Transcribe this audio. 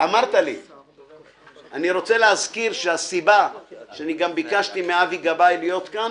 אני רוצה להזכיר שהסיבה שאני גם ביקשתי מאבי גבאי להיות כאן